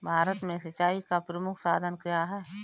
भारत में सिंचाई का प्रमुख साधन क्या है?